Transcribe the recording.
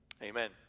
Amen